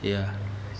ya